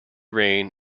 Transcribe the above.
reign